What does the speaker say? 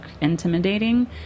intimidating